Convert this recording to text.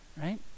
right